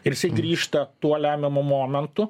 ir jisai grįžta tuo lemiamu momentu